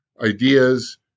ideas